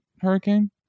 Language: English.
hurricane